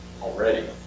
already